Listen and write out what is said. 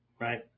right